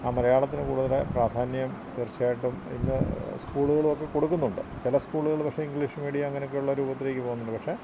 ആ മലയാളത്തിന് കൂടുതല് പ്രാധാന്യം തീർച്ചയായിട്ടും ഇന്ന് സ്കൂളുകളുമൊക്കെ കൊടുക്കുന്നുണ്ട് ചില സ്കൂളുകള് പക്ഷേ ഇംഗ്ലീഷ് മീഡിയം അങ്ങനൊക്കെ ഉള്ള രൂപത്തിലേക്ക് പോകുന്നുണ്ട് പക്ഷെ